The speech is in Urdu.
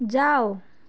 جاؤ